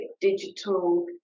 digital